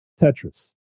Tetris